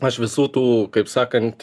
aš visų tų kaip sakant